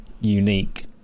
unique